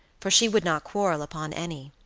for she would not quarrel upon any.